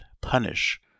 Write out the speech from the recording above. punish